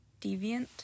Deviant